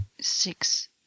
six